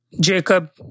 Jacob